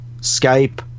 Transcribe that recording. skype